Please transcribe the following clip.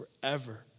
forever